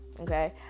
okay